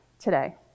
today